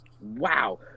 Wow